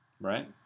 right